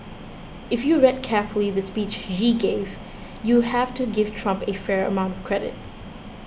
if you read carefully the speech Yi gave you have to give Trump a fair amount of credit